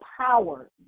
power